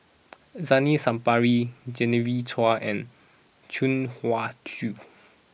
Zainal Sapari Genevieve Chua and Chuang Hui Tsuan